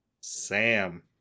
Sam